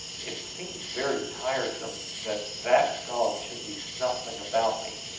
it seemed very tiresome that that dog should be snuffling about me,